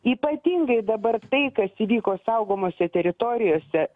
ypatingai dabar tai kas įvyko saugomose teritorijose